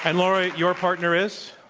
and laura, your partner is?